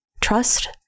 trust